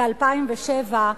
ב-2007,